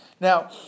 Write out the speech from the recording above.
Now